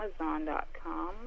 amazon.com